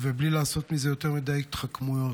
ובלי לעשות מזה יותר מדי התחכמויות.